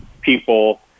people